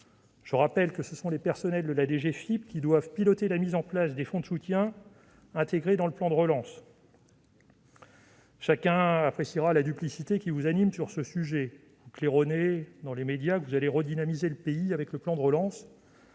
Je rappelle que ce sont les personnels de la DGFiP qui doivent piloter la mise en place des fonds de soutien intégrés dans le plan de relance. Chacun appréciera la duplicité qui vous anime sur ce sujet. Vous claironnez dans les médias que vous allez redynamiser le pays avec le plan de relance